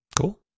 Cool